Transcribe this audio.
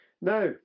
Now